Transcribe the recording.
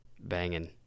banging